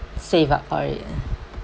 save up for it